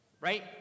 right